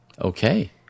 Okay